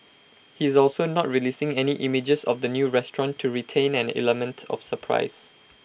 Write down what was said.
he's also not releasing any images of the new restaurant to retain an element of surprise